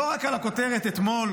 לא רק על הכותרת אתמול,